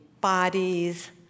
bodies